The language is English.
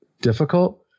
difficult